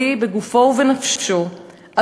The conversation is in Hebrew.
בריא בגופו ובנפשו,